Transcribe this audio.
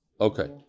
Okay